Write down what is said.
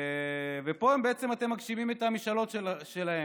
ופה בעצם אתם מגשימים את המשאלות שלהם: